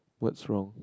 what's wrong